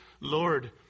Lord